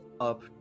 up